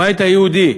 הבית היהודי,